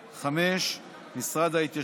5. משרד ההתיישבות.